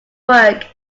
work